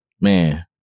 man